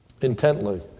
intently